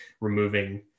removing